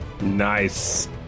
Nice